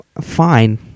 fine